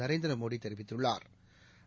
நரேந்திரமோடி தெரிவித்துள்ளாா்